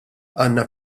għandna